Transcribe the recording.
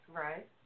right